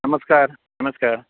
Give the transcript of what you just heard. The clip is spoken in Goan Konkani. नमस्कार नमस्कार